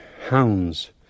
hounds